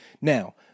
Now